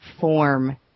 form